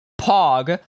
pog